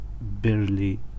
barely